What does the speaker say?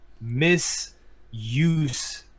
misuse